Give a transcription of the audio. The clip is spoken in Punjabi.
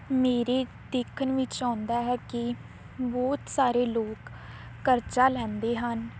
ਮੇਰੇ ਦੇਖਣ ਵਿੱਚ ਆਉਂਦਾ ਹੈ ਕਿ ਬਹੁਤ ਸਾਰੇ ਲੋਕ ਕਰਜ਼ਾ ਲੈਂਦੇ ਹਨ